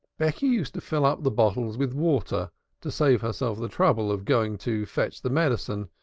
becky used to fill up the bottles with water to save herself the trouble of going to fetch the medicine,